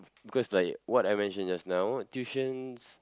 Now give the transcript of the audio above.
because like what I mentioned just now tuitions